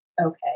okay